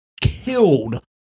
killed